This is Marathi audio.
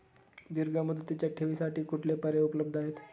दीर्घ मुदतीच्या ठेवींसाठी कुठले पर्याय उपलब्ध आहेत?